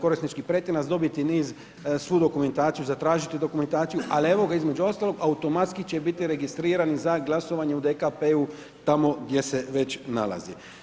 korisnički pretinac dobiti niz svu dokumentaciju zatražiti dokumentaciju, ali evo, između ostalog, automatski će biti registriran, za glasovanje u DKP-u, tamo gdje se već nalazi.